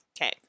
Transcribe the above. Okay